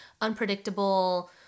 unpredictable